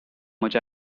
much